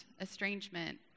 estrangement